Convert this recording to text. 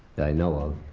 that i know of,